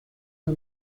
her